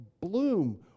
bloom